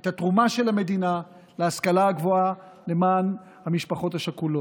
את התרומה של המדינה להשכלה הגבוהה למען המשפחות השכולות.